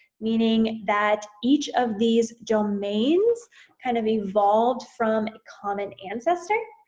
meaning that each of these domains kind of evolved from a common ancestor,